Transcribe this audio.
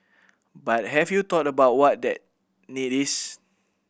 but have you thought about what that need is